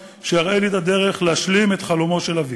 שיראה לי את הדרך להשלים את חלומו של אבי,